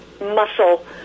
muscle